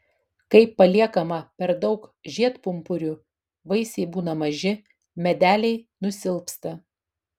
kai paliekama per daug žiedpumpurių vaisiai būna maži medeliai nusilpsta